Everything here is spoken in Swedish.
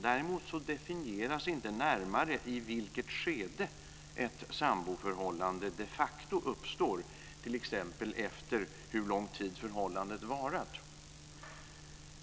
Däremot definieras inte närmare i vilket skede ett samboförhållande de facto uppstår, t.ex. efter hur lång tid förhållandet varat.